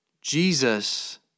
Jesus